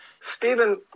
Stephen